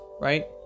right